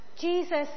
Jesus